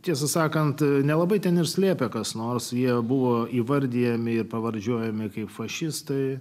tiesą sakant nelabai ten ir slėpė kas nors jie buvo įvardijami ir pravardžiuojami kaip fašistai